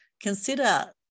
consider